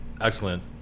Excellent